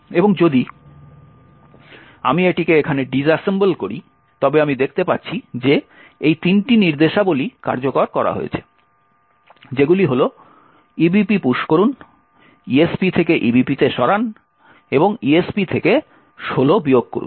এবং যদি আমি এটিকে এখানে ডিস অ্যাসেম্বল করি তবে আমি দেখতে পাচ্ছি যে এই 3টি নির্দেশাবলী কার্যকর করা হয়েছে যেগুলি হল ebp পুশ করুন esp থেকে ebp তে সরান এবং esp থেকে 16 বিয়োগ করুন